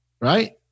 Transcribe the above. right